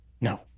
No